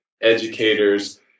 educators